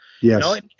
Yes